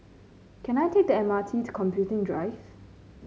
can I take the M R T to Computing Drive